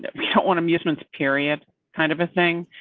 but we don't want amusement period kind of a thing.